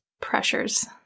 pressures